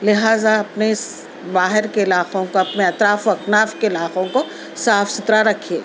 لہٰذا اپنے اس باہر کے علاقوں کو اپنے اطراف و اکناف کے علاقوں کو صاف ستھرا رکھیے